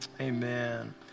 Amen